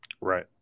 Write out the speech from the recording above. right